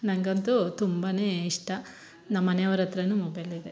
ನಂಗಂತೂ ತುಂಬಾ ಇಷ್ಟ ನಮ್ಮ ಮನೆಯವ್ರ ಹತ್ರನು ಮೊಬೈಲಿದೆ